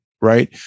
right